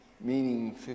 meaning